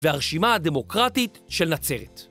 והרשימה הדמוקרטית של נצרת.